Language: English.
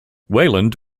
wayland